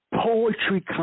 poetry